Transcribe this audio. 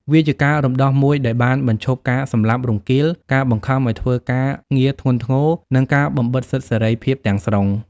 វាជាការរំដោះមួយដែលបានបញ្ឈប់ការសម្លាប់រង្គាល ការបង្ខំឱ្យធ្វើការងារធ្ងន់ធ្ងរ និងការបំបិទសិទ្ធិសេរីភាពទាំងស្រុង។